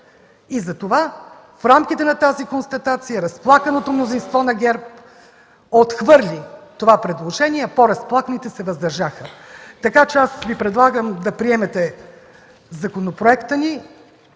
И затова в рамките на тази констатация разплаканото мнозинство на ГЕРБ отхвърли това предложение, а по-разплаканите се въздържаха. Така че Ви предлагам да приемете законопроекта ни,